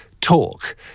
talk